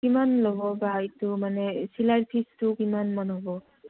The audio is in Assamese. কিমান ল'ব বা এইটো মানে চিলাই ফিজটো কিমানমান হ'ব